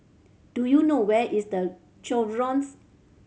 do you know where is The Chevrons